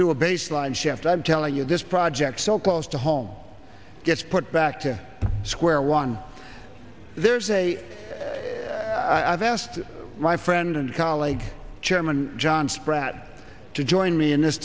do a baseline shift i'm telling you this project so close to home gets put back to square one there's a i've asked my friend and colleague chairman john spratt to join me in this